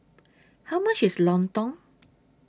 How much IS Lontong